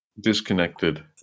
disconnected